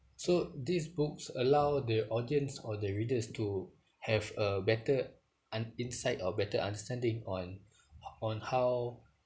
so these books allow the audience or the readers to have a better un~ insight or better understanding on on how